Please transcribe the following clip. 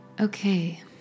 Okay